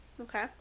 Okay